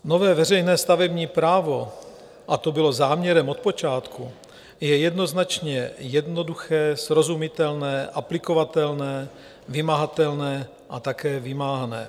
Nové veřejné stavební právo, a to bylo záměrem od počátku, je jednoznačně jednoduché, srozumitelné, aplikovatelné, vymahatelné a také vymáhané.